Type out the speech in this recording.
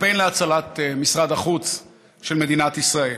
קמפיין להצלת משרד החוץ של מדינת ישראל.